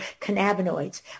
cannabinoids